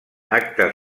actes